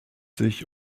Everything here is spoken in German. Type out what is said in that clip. sich